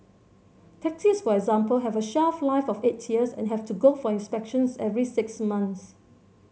taxis for example have a shelf life of eight years and have to go for inspections every six months